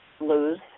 Lose